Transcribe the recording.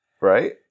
Right